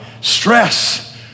stress